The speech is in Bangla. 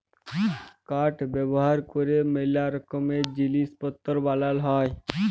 কাঠ ব্যাভার ক্যরে ম্যালা রকমের জিলিস পত্তর বালাল হ্যয়